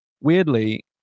weirdly